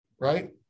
Right